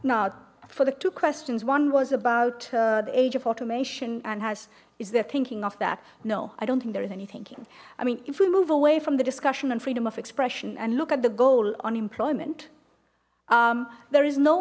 now for the two questions one was about the age of automation has is they're thinking of that no i don't think there is any thinking i mean if we move away from the discussion and freedom of expression and look at the goal unemployment there is no